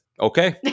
okay